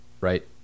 right